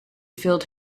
filled